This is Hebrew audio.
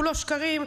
כולו שקרים.